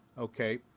Okay